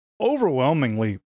overwhelmingly